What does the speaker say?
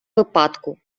випадку